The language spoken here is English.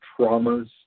traumas